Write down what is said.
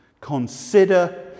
Consider